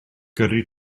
gyrru